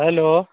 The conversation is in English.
hello